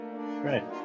Right